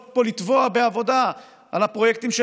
הוועדות היו צריכות לטבוע פה בעבודה על הפרויקטים של